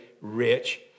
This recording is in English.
rich